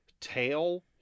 tail